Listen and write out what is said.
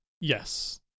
Yes